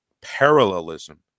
parallelism